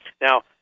Now